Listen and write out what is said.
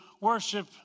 worship